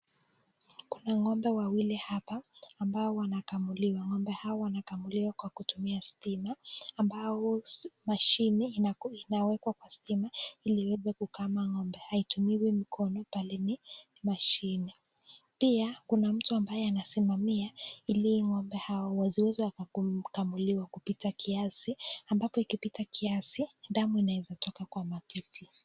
Kuna ng'ombe wawili hapa ambao wanakamuliwa. Ng'ombe hao wanakamuliwa kwa kutumia stima, ambayo mashine inakwenda kwa stima ili iweze kukama ng'ombe. Haitumiwi mkono bali ni mashine. Pia, kuna mtu ambaye anasimamia ili ng'ombe hawa wasiweze wakakamuliwa kupita kiasi, ambapo ikipita kiasi, damu inaweza toka kwa matiti.